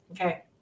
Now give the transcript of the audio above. Okay